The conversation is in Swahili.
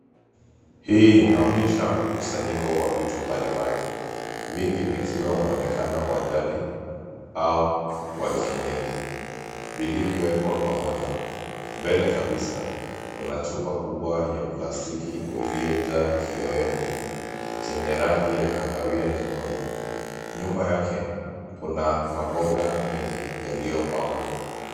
Hii inaonyesha mkusanyiko wa vitu mbalimbali, vingi vikiwa muonekano wa jadi au wa kienyeji vilivyowekwa pamoja. Mbele kabisa, kuna chupa kubwa ya plastiki iliyojaa kioevo chenye rangi ya kahawia nyekundu. Nyuma yake, kuna maboga mengi yaliyopambwa.